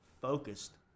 focused